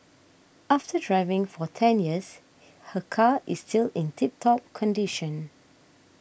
after driving for ten years her car is still in tip top condition